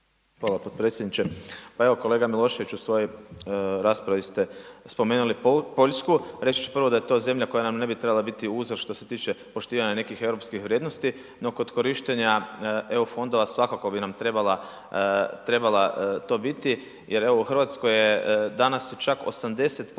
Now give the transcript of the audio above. Hvala potpredsjedniče. Pa evo kolega Milošević u svojoj raspravi ste spomenuli Poljsku, reći ću prvo da je to zemlja koja nam ne bi trebala biti uzor što se tiče poštivanja nekih europskih vrijednosti, no kod korištenja EU fondova svakako bi nam trebala, trebala to biti jer evo u RH je, danas se čak 80%